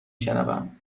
شنوم